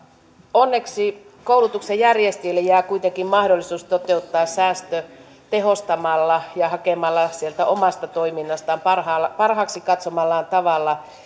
onneksi koulutuksenjärjestäjille jää kuitenkin mahdollisuus toteuttaa säästö tehostamalla ja hakemalla sieltä omasta toiminnastaan parhaaksi parhaaksi katsomallaan tavalla